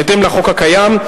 בהתאם לחוק הקיים,